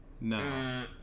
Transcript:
no